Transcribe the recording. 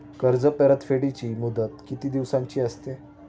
कर्ज परतफेडीची मुदत किती दिवसांची असते?